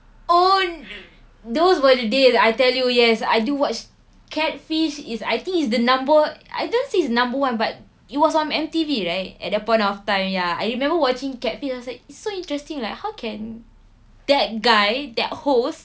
oh those were the days I tell you yes I do watch catfish is I think is the number I don't say it's number one but it was on M_T_V right at that point of time ya I remember watching catfish I was like it's so interesting like how can that guy that host